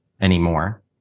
anymore